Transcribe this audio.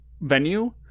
venue